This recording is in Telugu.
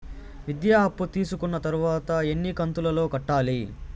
విద్య అప్పు తీసుకున్న తర్వాత ఎన్ని కంతుల లో కట్టాలి?